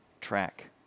track